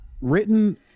written